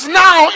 now